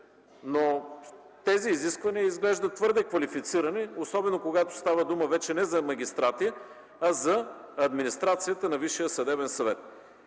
Тези изисквания изглеждат твърде квалифицирани, особено когато става дума вече не за магистрати, а за администрацията на Висшия съдебен съвет,